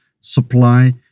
supply